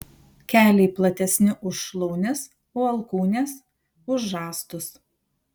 keliai platesni už šlaunis o alkūnės už žastus